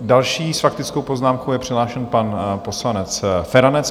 Další s faktickou poznámkou je přihlášen pan poslanec Feranec.